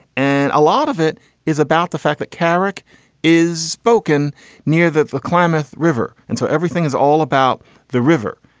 and a lot of it is about the fact that carrick is spoken near that the klamath river. and so everything is all about the river.